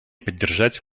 поддержать